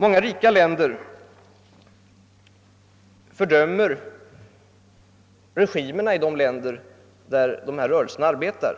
Många rika länder fördömer i FN regimerna i de länder där dessa rörelser arbetar.